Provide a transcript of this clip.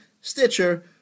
Stitcher